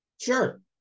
Sure